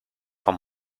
vom